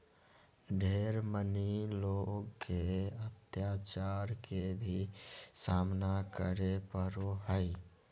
ढेर मनी लोग के अत्याचार के भी सामना करे पड़ो हय